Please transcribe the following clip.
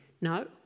No